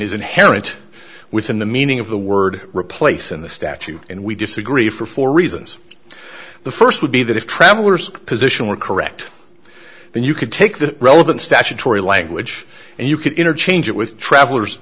is inherent within the meaning of the word replace in the statute and we disagree for four reasons the first would be that if travelers position were correct and you could take the relevant statutory language and you could interchange it with travelers